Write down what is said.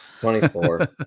24